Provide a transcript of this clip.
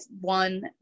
one